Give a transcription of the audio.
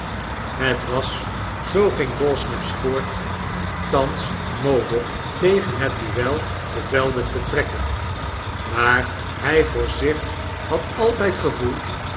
het was zoo ging dawsnaps voort thans mode tegen het duel te velde te te kken maar hy voor zich hadaltyd gevoeld